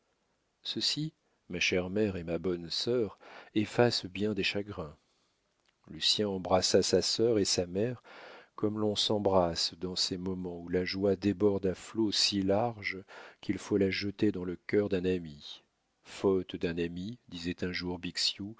ceci ma chère mère et ma bonne sœur efface bien des chagrins lucien embrassa sa sœur et sa mère comme l'on s'embrasse dans ces moments où la joie déborde à flots si larges qu'il faut la jeter dans le cœur d'un ami faute d'un ami disait un jour